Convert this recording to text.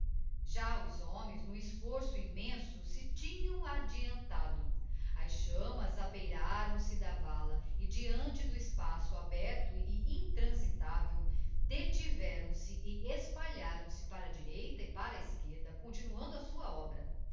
já os homens n'um esforço immínso se tinham adeantado as chammas abeiraram se du valia e deante do espaço aberto e intransitável detiveram-se e espalharam se para a direita e para a esquerda continuando a sua obra